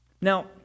Now